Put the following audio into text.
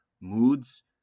moods